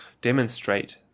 Demonstrate